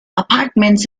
apartments